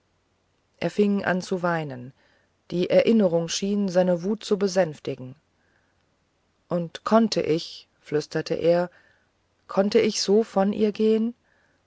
er fing an zu weinen die erinnerung schien seine wut zu besänftigen und konnte ich flüsterte er konnte ich so von ihr gehen